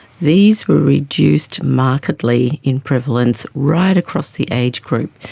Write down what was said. these were reduced markedly in prevalence right across the age group.